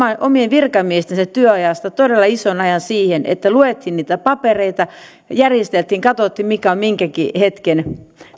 omien virkamiestensä työajasta todella ison ajan siihen että luettiin niitä papereita ja järjesteltiin ja katsottiin mikä on minkäkin hetken